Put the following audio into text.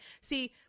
See